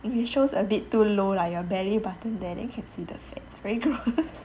if we chose a bit too low lah your belly button there then can see the fats very gross